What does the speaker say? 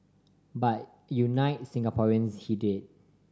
but unite Singaporeans he did